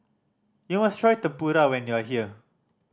you must try Tempura when you are here